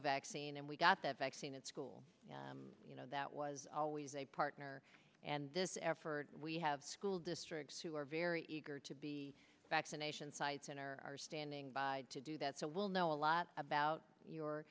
vaccine and we got the vaccine at school you know that was always a partner and this effort we have school districts who are very eager to be vaccination sites and are standing by to do that so we'll know a lot about your